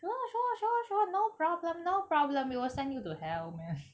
sure sure sure sure no problem no problem we will sent you to hell man